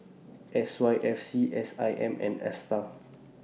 S Y F C S I M and ASTAR